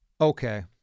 Okay